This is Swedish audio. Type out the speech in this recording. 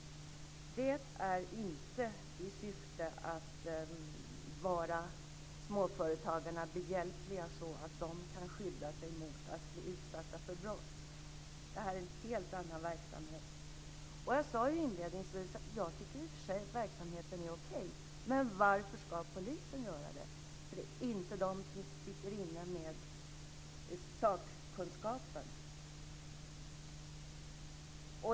Detta görs inte i syfte att vara småföretagarna behjälpliga med att skydda sig mot brott. Det här är en helt annan verksamhet. Jag sade inledningsvis att jag i och för sig tycker att verksamheten är okej. Men varför ska polisen ägna sig åt det? Det är inte de som sitter inne med sakkunskapen.